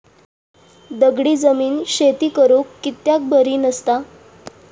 दगडी जमीन शेती करुक कित्याक बरी नसता?